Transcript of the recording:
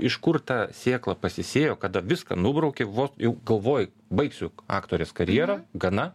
iš kur ta sėkla pasisėjo kada viską nubrauki vo jau galvoji baigsiu aktorės karjerą gana